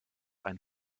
ein